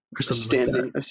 Standing